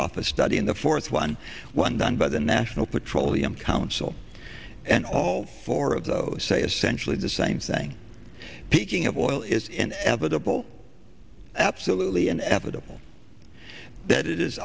office study in the fourth one one done by the national petroleum council and all four of those say essentially the same thing peaking of oil is inevitable absolutely inevitable that it is